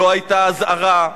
לא היתה אזהרה,